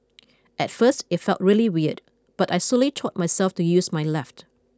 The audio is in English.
at first it felt really weird but I slowly taught myself to use my left